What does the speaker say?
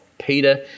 Peter